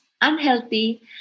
unhealthy